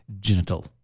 genital